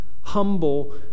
humble